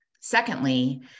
Secondly